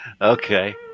Okay